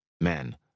Men